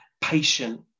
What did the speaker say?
patient